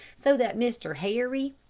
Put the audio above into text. so that mr. harry,